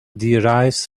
derives